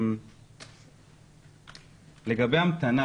לגבי המתנה